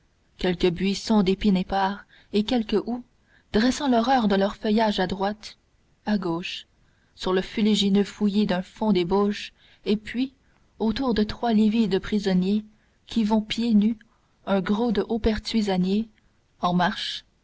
quelques buissons d'épine épars et quelques houx dressant l'horreur de leur feuillage à droite à gauche sur le fuligineux fouillis d'un fond d'ébauche et puis autour de trois livides prisonniers qui vont pieds nus un gros de hauts pertuisaniers en marche